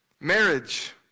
Marriage